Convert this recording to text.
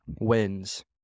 wins